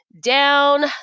Down